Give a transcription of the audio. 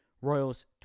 Royals